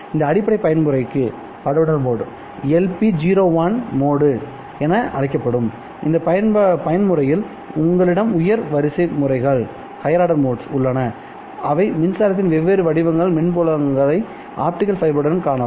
இந்த அடிப்படை பயன்முறைக்கு LP01 மோடு என அழைக்கப்படும் இந்த பயன்முறையில் உங்களிடம் உயர் வரிசை முறைகள் உள்ளன அவை மின்சாரத்தின் வெவ்வேறு வடிவங்கள் மின்புலங்களை ஆப்டிகல் ஃபைபருக்குள் காணலாம்